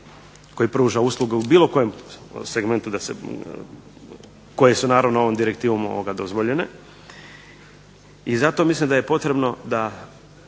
koji pruža usluge u bilo kojem segmentu koje su naravno ovom direktivom dozvoljene i zato mislim da je potrebno da